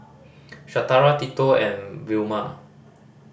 Shatara Tito and Vilma